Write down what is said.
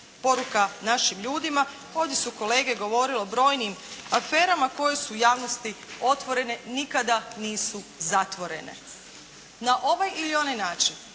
poruka našim ljudima. Ovdje su kolege govorili o brojnim aferama koje su javnosti otvorene. Nikada nisu zatvorene. Na ovaj ili onaj način.